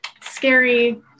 Scary